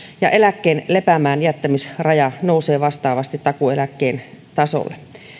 ja eläkkeen lepäämään jättämisen raja nousee vastaavasti takuueläkkeen tasolle